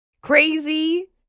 crazy